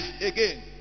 again